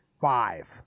Five